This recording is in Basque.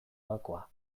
gakoa